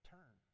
Turn